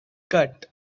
cut